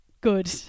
good